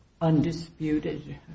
undisputed